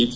F